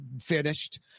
finished